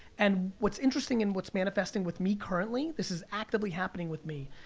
and what's interesting, and what's manifesting with me, currently, this is actively happening with me,